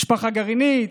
משפחה גרעינית,